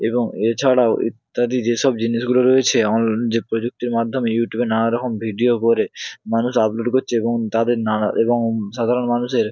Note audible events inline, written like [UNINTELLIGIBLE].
এবং এছাড়াও ইত্যাদি যেসব জিনিসগুলো রয়েছে [UNINTELLIGIBLE] যে প্রযুক্তির মাধ্যমে ইউটিউবে নানা রকম ভিডিও করে মানুষ আপলোড করছে এবং তাদের নানা এবং সাধারণ মানুষের